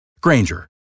Granger